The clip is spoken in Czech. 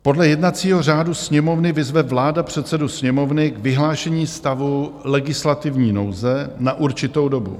Podle jednacího řádu Sněmovny vyzve vláda předsedu Sněmovny k vyhlášení stavu legislativní nouze na určitou dobu.